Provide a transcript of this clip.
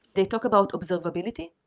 they talk about observability,